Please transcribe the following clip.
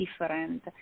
different